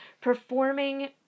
performing